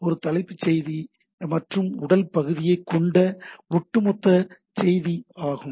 இது தலைப்பு செய்தி மற்றும் உடல் பகுதியைக் கொண்ட ஒட்டுமொத்த செய்தி ஆகும்